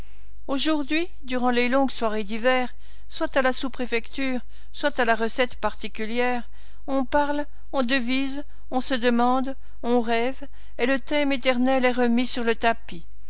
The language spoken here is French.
aujourd'hui durant les longues soirées d'hiver soit à la sous-préfecture soit à la recette particulière on parle on devise on se demande on rêve et le thème éternel est remis sur le tapis